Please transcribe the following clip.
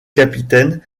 capitaine